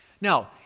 Now